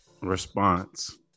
response